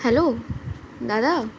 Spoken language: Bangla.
হ্যালো দাদা